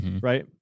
Right